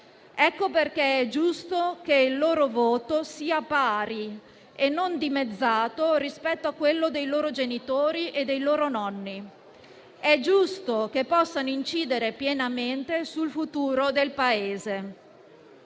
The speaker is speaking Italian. Ecco perché è giusto che il loro voto sia pari e non dimezzato rispetto a quello dei loro genitori e dei loro nonni. È giusto che possano incidere pienamente sul futuro del Paese.